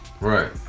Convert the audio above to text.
right